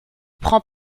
prend